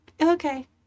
Okay